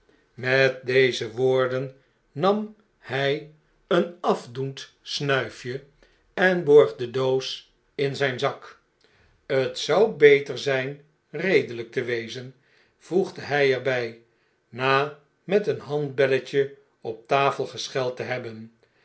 met deze woorden nam hy een afdoend snuifje en borg de doos in zyn zak t zou beter zyn redelyk te wezen voegde hy er by na met een handbelletje op tafel gescheld te hebben